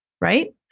right